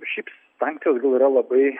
šiaip sankcijos gal yra labai